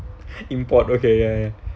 import okay ya ya